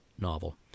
novel